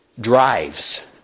drives